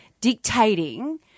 dictating